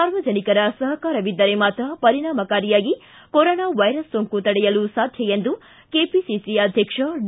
ಸಾರ್ವಜನಿಕರ ಸಹಕಾರವಿದ್ದರೆ ಮಾತ್ರ ಪರಿಣಾಮಕಾರಿಯಾಗಿ ಕೊರೊನಾ ವೈರಸ್ ಸೋಂಕು ತಡೆಯಲು ಸಾಧ್ಯ ಎಂದು ಕೆಪಿಸಿಸಿ ಅಧ್ಯಕ್ಷ ಡಿ